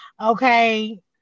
okay